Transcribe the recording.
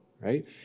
right